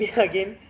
again